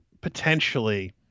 potentially –